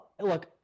look